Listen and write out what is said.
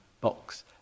box